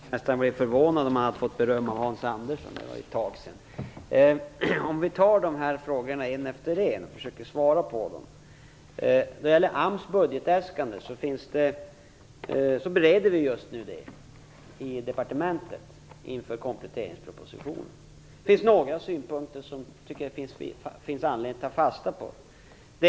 Herr talman! Jag hade blivit förvånad om jag hade fått beröm av Hans Andersson - det var ju ett tag sedan. Låt mig ta frågorna en efter en och försöka svara på dem. AMS budgetäskande bereder vi just nu i departementet inför kompletteringspropositionen. Det finns några synpunkter som jag tycker att det finns anledning att ta fasta på.